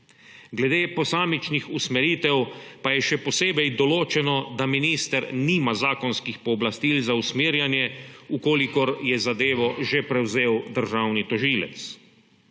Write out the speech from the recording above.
Glede posamičnih usmeritev pa je še posebej določeno, da minister nima zakonskih pooblastil za usmerjanje, če je zadevo že prevzel državni tožilec.